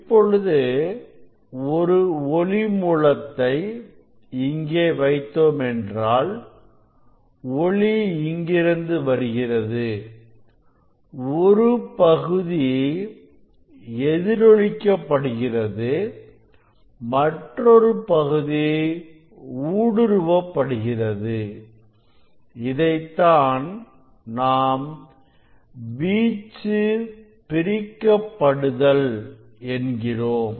இப்பொழுது ஒரு ஒளி மூலத்தை இங்கே வைத்தோம் என்றால் ஒளி இங்கிருந்து வருகிறது ஒரு பகுதி எதிரொலிக்க படுகிறது மற்றொரு பகுதி ஊடுருவ படுகிறது இதைத்தான் நாம் வீச்சு பிரிக்க படுதல் என்கிறோம்